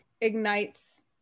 ignites